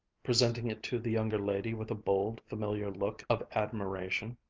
presenting it to the younger lady with a bold, familiar look of admiration.